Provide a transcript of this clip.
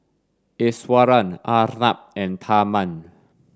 Iswaran Arnab and Tharman